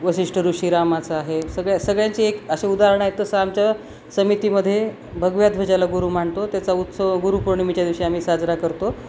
वशिष्ठ ऋषी रामाचं आहे सगळ्या सगळ्यांची एक असे उदाहरणं आहेत तसं आमच्या समितिमध्ये भगव्या ध्वजाला गुरु मानतो त्याचा उत्सव गुरुपौर्णिमेच्या दिवशी आम्ही साजरा करतो